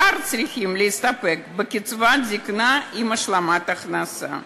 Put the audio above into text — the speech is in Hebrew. השאר צריכים להסתפק בקצבת זיקנה עם השלמת הכנסה.